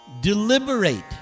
Deliberate